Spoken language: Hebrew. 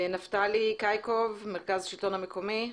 נפתלי קאייקוב, מרכז השלטון המקומי.